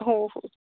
हो हो